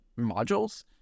modules